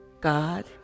God